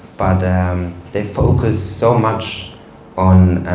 but and um they focus so much on